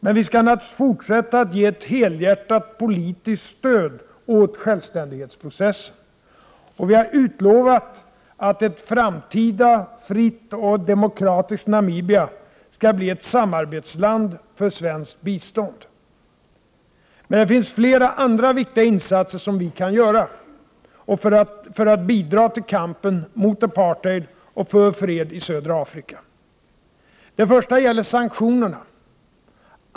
Men vi skall naturligtvis fortsätta att ge ett helhjärtat politiskt stöd åt självständighetsprocessen. Vi har utlovat att ett framtida fritt och demokratiskt Namibia skall bli ett samarbetsland för svenskt bistånd. Men det finns flera andra viktiga insatser som vi kan göra, för att bidra till kampen mot apartheid och för fred i södra Afrika. Det första gäller sanktionerna.